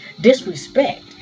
disrespect